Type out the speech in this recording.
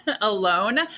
alone